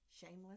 Shameless